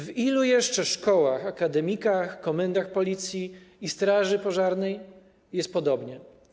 W ilu jeszcze szkołach, akademikach, komendach Policji i straży pożarnej jest podobnie?